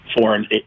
foreign